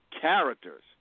characters